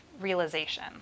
realization